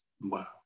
Wow